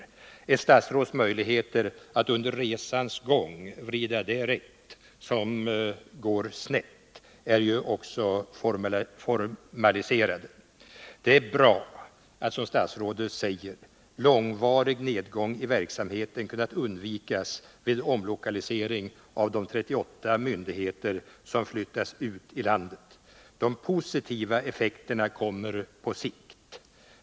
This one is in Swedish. Ett statsråds möjligheter att under resans gång vrida det rätt som går snett är ju också formaliserade. Det är bra att, som statsrådet säger, långvarig nedgång i verksamheten kunnat undvikas vid omlokalisering vid de 38 myndigheter som flyttats ut i landet. De positiva effekterna kommer på sikt.